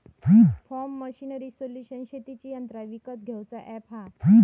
form machinery solution शेतीची यंत्रा विकत घेऊचा अॅप हा